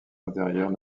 intérieures